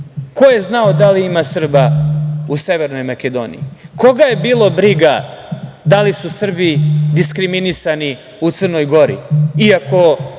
Ko je znao da li ima Srba u Severnoj Makedoniji? Koga je bilo briga da li su Srbi diskriminisani u Crnoj Gori,